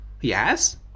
Yes